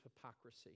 hypocrisy